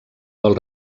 del